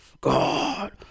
God